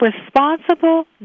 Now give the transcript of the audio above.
responsible